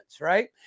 right